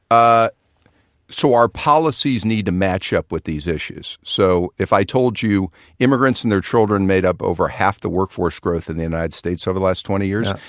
ah so our policies need to match up with these issues. so if i told you immigrants and their children made up over half the workforce growth in the united states over the last twenty years,